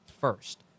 first